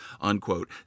unquote